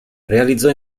realizzò